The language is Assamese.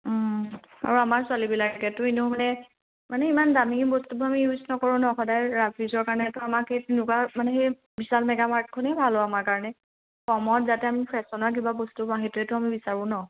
আৰু আমাৰ ছোৱালীবিলাকেতো এনেও মানে মানে ইমান দামী বস্তুবোৰ আমি ইউজ নকৰোঁ ন সদায় ৰাফ ইউজৰ কাৰণেতো আমাক সেই তেনেকুৱা মানে সেই বিশাল মেগামাৰ্টখনেই ভাল হ'ব আমাৰ কাৰণে কমত যাতে আমি ফেছনৰ কিবা বস্তু বা সেইটোৱে আমি বিচাৰোঁ ন